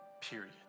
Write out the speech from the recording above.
Period